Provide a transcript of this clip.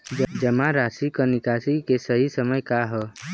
जमा राशि क निकासी के सही समय का ह?